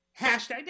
hashtag